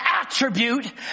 attribute